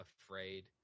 afraid